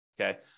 Okay